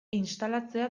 instalatzea